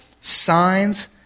signs